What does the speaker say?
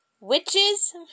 witches